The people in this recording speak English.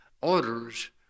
Orders